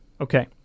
Okay